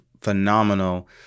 phenomenal